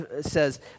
says